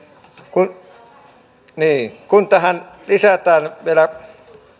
niin kun tähän lisätään vielä